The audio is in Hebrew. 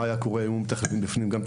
מה היה קורה אם היו מתכללים בפנים גם את